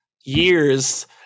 years